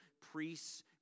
priests